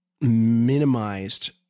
minimized